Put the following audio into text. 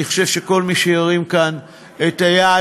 אני חושב שכל מי שירים כאן את היד